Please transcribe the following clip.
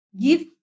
give